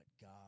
God